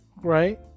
right